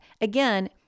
Again